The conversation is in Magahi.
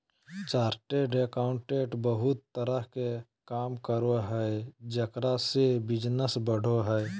चार्टर्ड एगोउंटेंट बहुत तरह के काम करो हइ जेकरा से बिजनस बढ़ो हइ